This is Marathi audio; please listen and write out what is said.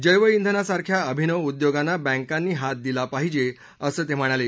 जैव इंधनासारख्या अभिनव उद्योगांना बँकांनी हात दिला पाहिजे असं ते म्हणाले